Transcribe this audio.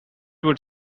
would